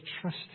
trust